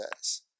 says